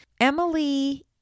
Emily